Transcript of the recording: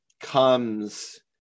comes